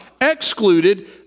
excluded